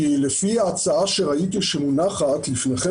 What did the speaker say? כי לפי ההצעה שראיתי שמונחת לפניכם